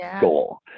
goal